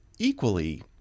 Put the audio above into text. equally